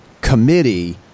committee